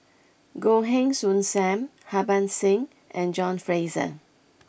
Goh Heng Soon Sam Harbans Singh and John Fraser